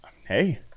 Hey